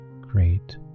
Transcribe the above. great